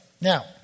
now